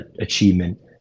achievement